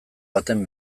baten